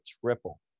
triple